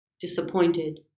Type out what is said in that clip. disappointed